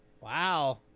Wow